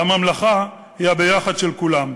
והממלכה היא היחד של כולם.